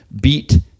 Beat